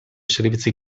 servizi